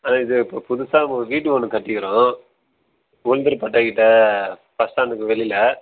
இது இப்போது புதுசாக வீடு ஒன்று கட்டிக்கிறோம் உளுந்தூர்பேட்டைக்கிட்ட பஸ் ஸ்டாண்டுக்கு வெளியில